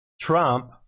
Trump